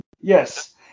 yes